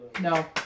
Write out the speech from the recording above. No